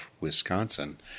Wisconsin